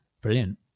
Brilliant